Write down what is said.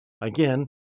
Again